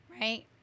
right